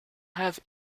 have